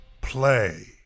Play